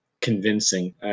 convincing